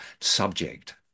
subject